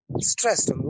Stressed